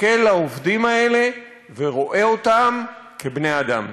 מסתכל על העובדים האלה ורואה אותם כבני-אדם.